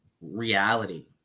reality